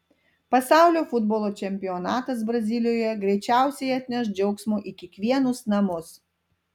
pasaulio futbolo čempionatas brazilijoje greičiausiai atneš džiaugsmo į kiekvienus namus